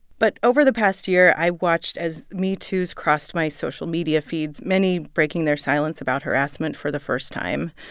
but over the past year, i watched as metoo's crossed my social media feeds, many breaking their silence about harassment for the first time,